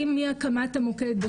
אם מהקמת המוקד,